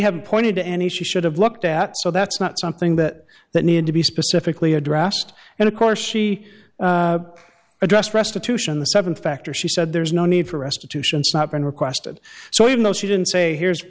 have pointed to any she should have looked at so that's not something that that needed to be specifically addressed and of course she addressed restitution the seven factor she said there's no need for restitution not been requested so even though she didn't say here's